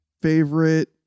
favorite